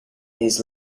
his